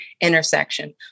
intersection